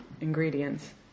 ingredients